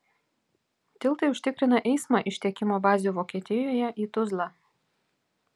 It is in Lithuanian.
tiltai užtikrina eismą iš tiekimo bazių vokietijoje į tuzlą